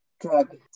drug